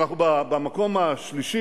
והעוגן השני,